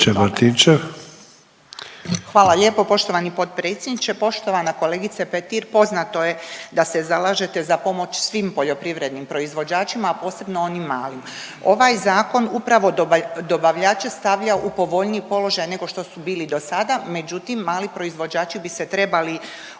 Hvala lijepo poštovani potpredsjedniče. Poštovana kolegice Petir, poznato je da se zalažete za pomoć svim poljoprivrednim proizvođačima, a posebno onim malim. Ovaj zakon upravo dobavljače stavlja u povoljniji položaj nego što su bili do sada međutim mali proizvođači bi se trebali